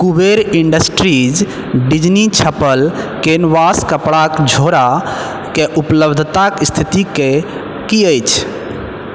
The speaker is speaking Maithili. कुबेर इंडस्ट्रीज़ डिज्नी छपल कैनवास कपड़ाके झोड़ाके उपलब्धताके स्थितिके की अछि